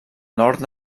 nord